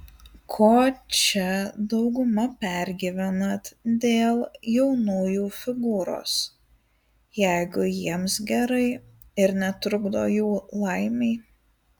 ko čia dauguma pergyvenat dėl jaunųjų figūros jeigu jiems gerai ir netrukdo jų laimei